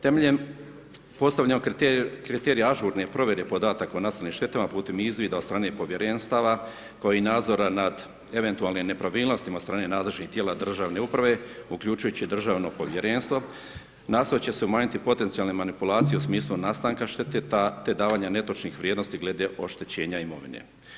Temeljem postavljenog kriterija ažurne provjere podataka o nastalim štetama putem izvida od strane povjerenstava, kao i nadzora nad eventualnim nepravilnostima od strane nadležnih tijela državne uprave, uključujući državno povjerenstvo, nastojat će se umanjiti potencijalne manipulacije u smislu nastanke štete te davanjem netočnih vrijednosti glede oštećenja imovine.